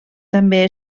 també